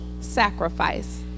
sacrifice